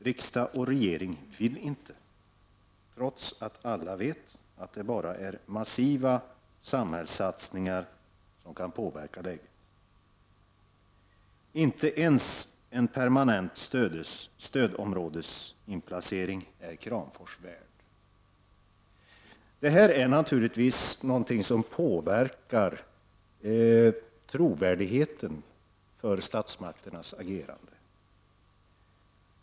Riksdag och regering vill inte, trots att alla vet att det bara är massiva samhällssatsningar som kan påverka läget. Inte ens en permanent stödområdesinplacering är Kramfors värt. Det här är naturligtvis någonting som påverkar trovärdigheten hos stats makternas agerande.